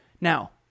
now